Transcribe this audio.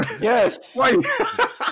Yes